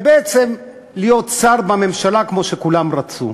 ובעצם להיות שר בממשלה כמו שכולם רצו.